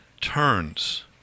turns